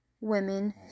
women